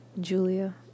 Julia